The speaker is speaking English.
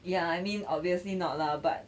ya I mean obviously not lah but